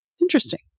Interesting